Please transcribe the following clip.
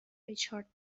ریچارد